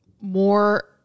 more